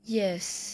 yes